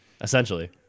essentially